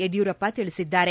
ಯಡಿಯೂರಪ್ಪ ತಿಳಿಸಿದ್ದಾರೆ